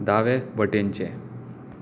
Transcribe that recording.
दावें वटेनचें